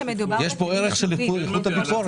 יש פה ערך של איכות הביקורת.